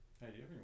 hey